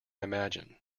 imagine